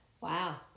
wow